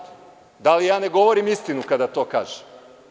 Da li ja ne govorim istinu kada to kažem?